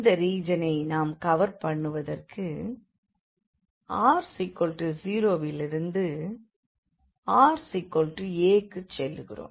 இந்த ரீஜனை நாம் கவர் பண்ணுவதற்கு r0 விலிருந்து raக்கு நாம் செல்லுகிறோம்